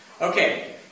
Okay